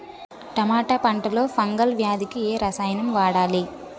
టమాటా పంట లో ఫంగల్ వ్యాధికి ఏ రసాయనం వాడాలి?